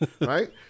right